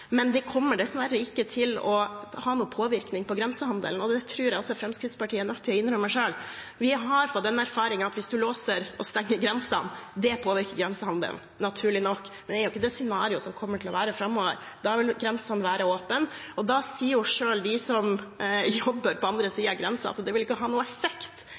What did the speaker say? men det kommer dessverre ikke til å ha noen påvirkning på grensehandelen. Det tror jeg også Fremskrittspartiet er nødt til å innrømme selv. Vi har fått den erfaringen at hvis en stenger grensene, påvirker det grensehandelen, naturlig nok. Men det er ikke det scenarioet vi kommer til å se framover. Da vil grensene være åpne. Da sier selv de som jobber på den andre siden av grensen, at de avgiftskuttene Fremskrittspartiet har fått gjennomslag for når det gjelder brus, ikke vil ha noen effekt.